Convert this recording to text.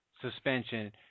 suspension